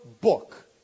book